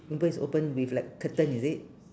window is open with like curtain is it